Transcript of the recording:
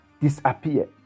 disappear